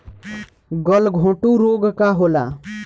गलघोंटु रोग का होला?